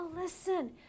listen